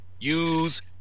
use